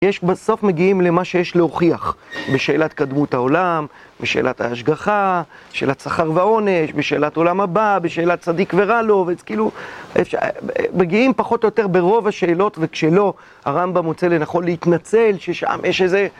יש בסוף מגיעים למה שיש להוכיח, בשאלת קדמות העולם, בשאלת ההשגחה, שאלת שכר ועונש, בשאלת עולם הבא, בשאלת צדיק ורע לו, וזה כאילו אפשר... מגיעים פחות או יותר ברוב השאלות וכשלא הרמב"ם מוצא לנכון להתנצל ששם יש איזה...